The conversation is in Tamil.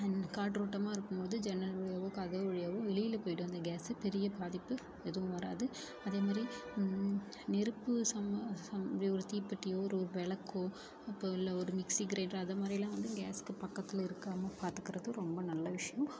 அண்ட் காற்றோட்டமா இருக்கும் மோது ஜன்னல் வழியாகவோ கதவு வழியாகவோ வெளியில போயிவிடும் அந்த கேஸு பெரிய பாதிப்பு எதுவும் வராது அதே மாதிரி நெருப்பு சம சம இதே ஒரு தீப்பெட்டியோ ஒரு விளக்கோ அப்போ இல்லை ஒரு மிக்சி க்ரைண்டர் அதை மாதிரில்லாம் வந்து கேஸ்க்கு பக்கத்தில் இருக்காமல் பார்த்துக்கறது ரொம்ப நல்ல விஷயம்